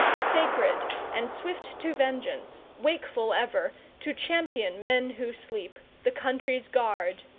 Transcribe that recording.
sacred and swift to vengeance, wakeful ever to champion men who sleep, the country's guard.